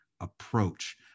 approach